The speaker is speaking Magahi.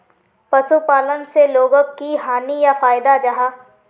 पशुपालन से लोगोक की हानि या फायदा जाहा?